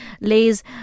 lays